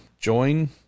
join